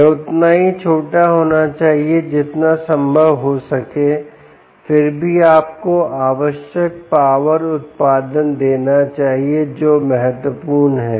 यह उतना ही छोटा होना चाहिए जितना संभव हो सके फिर भी आपको आवश्यक पावर उत्पादन देना चाहिए जो महत्वपूर्ण है